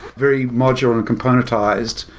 very module and componentized.